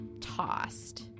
tossed